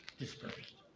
dispersed